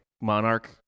monarch